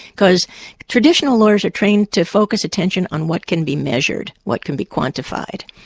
because traditional lawyers are trained to focus attention on what can be measured, what can be quantified.